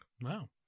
wow